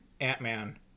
Ant-Man